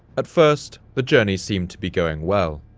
at first, the journey seemed to be going well.